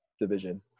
division